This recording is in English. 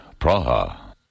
Praha